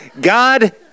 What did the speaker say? God